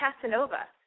Casanova